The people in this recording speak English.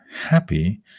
happy